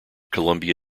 columbia